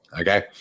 Okay